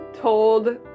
told